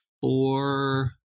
four